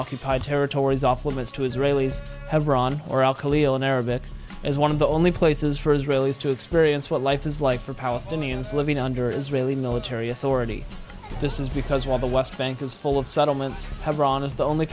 occupied territories off limits to israelis have ron or alcohol as one of the only places for israelis to experience what life is like for palestinians living under israeli military authority this is because while the west bank is full of settlements have drawn is the only